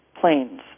planes